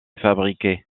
fabriqués